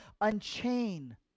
unchain